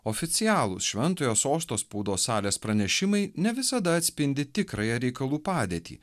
oficialūs šventojo sosto spaudos salės pranešimai ne visada atspindi tikrąją reikalų padėtį